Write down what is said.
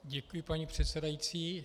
Děkuji, paní předsedající.